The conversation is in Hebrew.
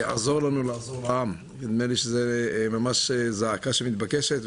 תעזור לנו לעזור לעם נדמה לי שזו ממש זעקה שמתבקשת.